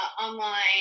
online